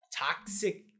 toxic